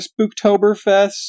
Spooktoberfest